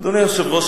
אדוני היושב-ראש,